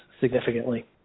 significantly